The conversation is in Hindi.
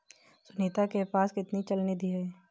सुनीता के पास कितनी चल निधि है?